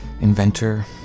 inventor